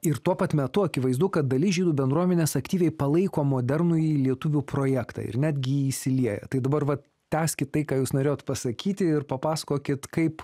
ir tuo pat metu akivaizdu kad dalis žydų bendruomenės aktyviai palaiko modernųjį lietuvių projektą ir netgi į jį įsilieja tai dabar vat tęskit tai ką jūs norėjot pasakyti ir papasakokit kaip